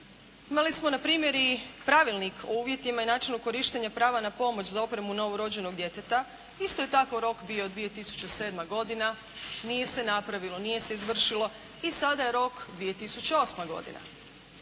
Imali smo na primjer i Pravilnik o uvjetima i načinu korištenja prava na pomoć za opremu novorođenog djeteta. Isto je tako rok bio 2007. godina. Nije se napravilo, nije se izvršilo i sada je rok 2008. godina.